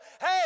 hey